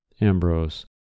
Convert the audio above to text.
Ambrose